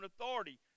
authority